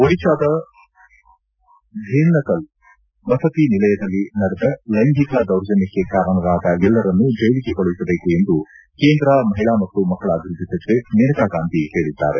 ಒಡಿಶಾದ ಧೇಂಕನಲ್ ವಸತಿ ನಿಲಯದಲ್ಲಿ ನಡೆದ ಲೈಂಗಿಕ ದೌರ್ಜನ್ಹಕ್ಕೆ ಕಾರಣರಾದ ಎಲ್ಲರನ್ನು ಜೈಲಿಗೆ ಕಳುಹಿಸಬೇಕು ಎಂದು ಕೇಂದ್ರ ಮಹಿಳಾ ಮತ್ತು ಮಕ್ಕಳ ಅಭಿವೃದ್ದಿ ಸಚಿವೆ ಮೇನಕಾ ಗಾಂಧಿ ಹೇಳದ್ದಾರೆ